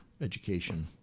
education